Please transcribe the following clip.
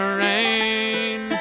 rain